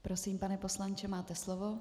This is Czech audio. Prosím, pane poslanče, máte slovo.